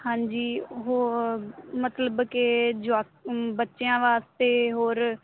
ਹਾਂਜੀ ਹੋ ਮਤਲਬ ਕਿ ਜੁਆਕ ਬੱਚਿਆਂ ਵਾਸਤੇ ਹੋਰ